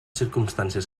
circumstàncies